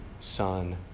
son